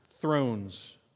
thrones